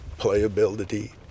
playability